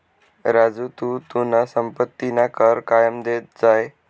राजू तू तुना संपत्तीना कर कायम देत जाय